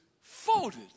folded